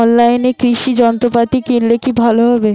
অনলাইনে কৃষি যন্ত্রপাতি কিনলে কি ভালো হবে?